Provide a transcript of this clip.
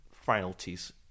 frailties